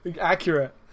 Accurate